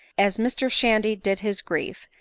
as mr shandy did his grief,